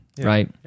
right